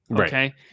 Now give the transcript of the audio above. Okay